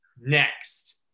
Next